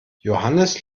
johannes